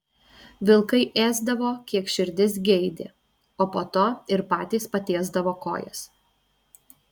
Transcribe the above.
vilkai ėsdavo kiek širdis geidė o po to ir patys patiesdavo kojas